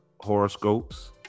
horoscopes